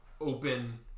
open